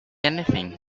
anything